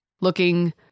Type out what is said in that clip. looking